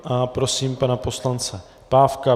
A prosím pana poslance Pávka.